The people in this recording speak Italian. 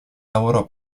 lavorò